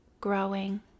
growing